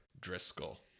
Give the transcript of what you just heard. Driscoll